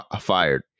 Fired